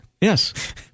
Yes